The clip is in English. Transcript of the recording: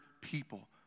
people